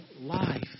life